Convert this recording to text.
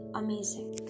amazing